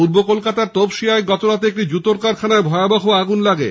পূর্ব কলকাতার তপসিয়ায় গতরাতে একটি জুতোর কারখানায় ভয়াবহ আগুন লাগে